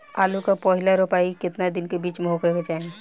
आलू क पहिला रोपाई केतना दिन के बिच में होखे के चाही?